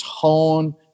tone